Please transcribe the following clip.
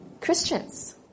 Christians